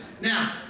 Now